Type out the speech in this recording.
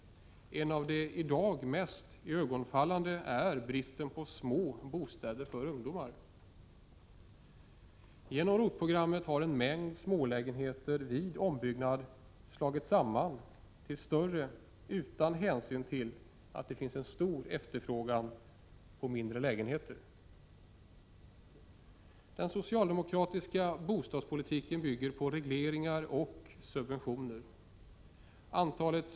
En av de i dag mest iögonfallande är bristen på små bostäder för ungdomar. Genom ROT-programmet har en mängd smålägenheter vid ombyggnader slagits samman till större utan hänsyn till att det finns en stor efterfrågan på mindre lägenheter. Den socialdemokratiska bostadspolitiken bygger på regleringar och subventioner.